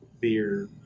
beer